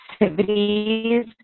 activities